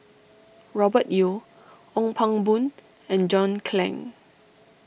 Robert Yeo Ong Pang Boon and John Clang